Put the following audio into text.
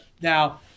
Now